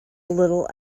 little